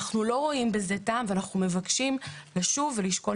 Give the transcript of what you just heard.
אנחנו לא רואים בזה טעם ואנחנו מבקשים לשוב ולשקול